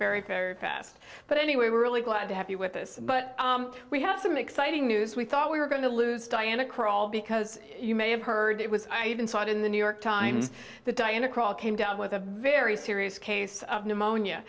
very fast but anyway we're really glad to have you with us but we have some exciting news we thought we were going to lose diana krall because you may have heard it was i even saw it in the new york times that diana krall came down with a very serious case of pneumonia